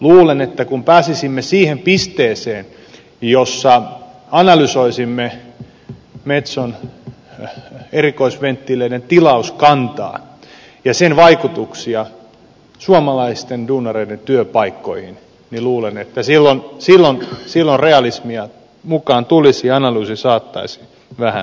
luulen että kun pääsisimme siihen pisteeseen jossa analysoisimme metson erikoisventtiileiden tilauskantaa ja sen vaikutuksia suomalaisten duunareiden työpaikkoihin niin silloin realismia mukaan tulisi ja analyysi saattaisi vähän muuttua